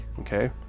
Okay